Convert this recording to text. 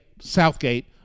Southgate